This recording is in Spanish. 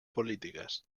políticas